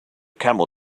camel